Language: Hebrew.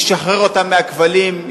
ישחרר אותה מהכבלים,